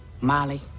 Molly